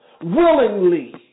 willingly